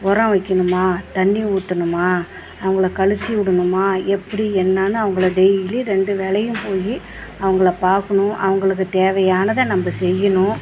உரம் வைக்கணுமா தண்ணி ஊத்தணுமா அவங்கள கழித்து விடணுமா எப்படி என்னென்னு அவங்கள டெய்லி ரெண்டு வேளையும் போய் அவங்கள பார்க்கணும் அவங்களுக்கு தேவையானதை நம்ம செய்யணும்